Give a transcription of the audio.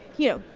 you know,